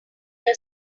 your